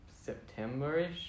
September-ish